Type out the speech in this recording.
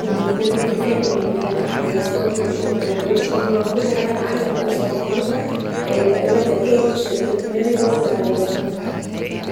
بالنسبالي الذكاء ؛ لان الذكاء هيوصلني للشهره و غير الشهره وكل حاجه أنا عاوزه اوصل ليها تقريبا ذكائي و تشغيل دماغي هو اللي هيوصلني.